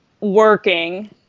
working